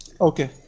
Okay